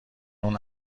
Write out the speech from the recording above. اون